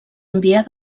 enviar